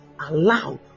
allow